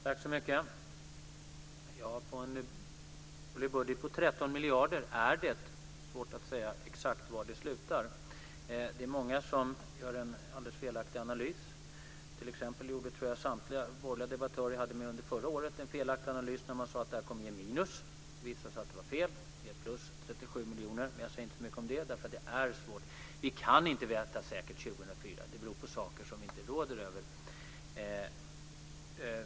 Fru talman! Med en budget på 13 miljarder är det svårt att säga exakt var det slutar. Det är många som gör en alldeles felaktig analys. T.ex. tror jag att samtliga borgerliga debattörer jag hade med att göra under förra året gjorde en felaktig analys när de sade att det kommer att bli minus. Det visade sig att det var fel. Det blev plus 37 miljoner. Men jag säger inte så mycket om det. Det är svårt att förutse. Vi kan inte säkert veta hur det ser ut 2004. Det beror på saker som vi inte råder över.